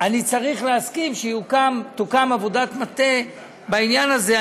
אני צריך להסכים שתהיה עבודת מטה בעניין הזה.